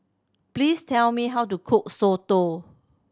please tell me how to cook soto